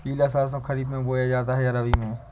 पिला सरसो खरीफ में बोया जाता है या रबी में?